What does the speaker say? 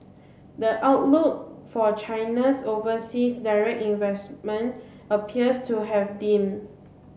the outlook for China's overseas direct investment appears to have dimmed